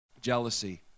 Jealousy